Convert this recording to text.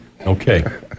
Okay